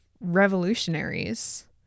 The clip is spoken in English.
revolutionaries